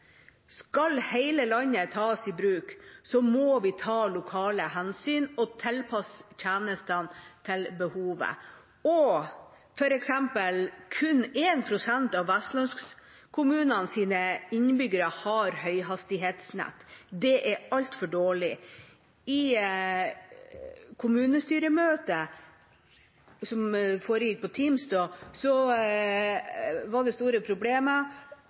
Skal hele landet tas i bruk, må vi ta lokale hensyn og tilpasse tjenestene behovet. For eksempel har kun 1 pst. av vestlandskommunenes innbyggere høyhastighetsnett, og det er altfor dårlig. I kommunestyremøter som foregikk på Teams, var det store